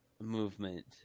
movement